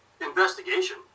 Investigation